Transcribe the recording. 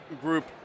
group